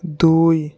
দুই